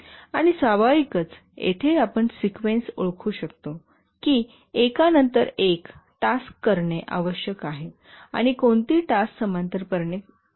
आणि स्वाभाविकच येथे आपण सिक्वेन्स ओळखू शकतो की एका नंतर एक टास्क करणे आवश्यक आहे आणि कोणती टास्क समांतरपणे करणे शक्य आहे